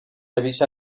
avisa